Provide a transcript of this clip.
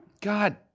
God